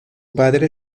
padre